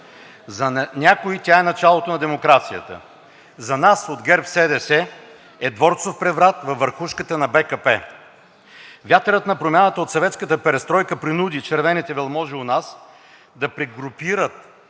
За някои тя е началото на демокрацията. За нас, от ГЕРБ-СДС, е дворцов преврат във върхушката на БКП. Вятърът на промяната от съветската перестройка принуди червените велможи у нас да прегрупират